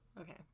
okay